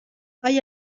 hay